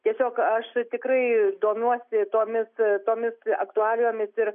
tiesiog aš tikrai domiuosi tomis tomis aktualijomis ir